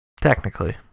Technically